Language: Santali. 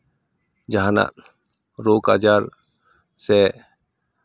ᱡᱟᱦᱟᱱᱟᱜ ᱨᱳᱜᱽ ᱟᱡᱟᱨ ᱥᱮ